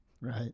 Right